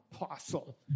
apostle